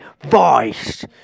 voice